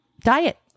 diet